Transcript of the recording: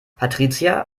patricia